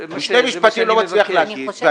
שני משפטים הוא לא מצליח להגיד.